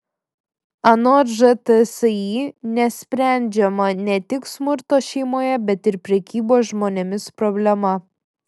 anot žtsi nesprendžiama ne tik smurto šeimoje bet ir prekybos žmonėmis problema